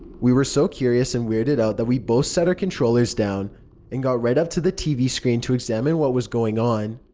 we were so curious and weirded out that we both set our controllers down and got right up to the tv screen to examine what was going on.